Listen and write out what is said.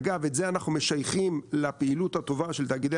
אגב את זה אנחנו משייכים לפעילות הטובה של תאגידי